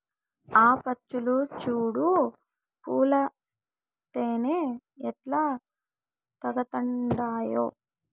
ఆ పచ్చులు చూడు పూల తేనె ఎట్టా తాగతండాయో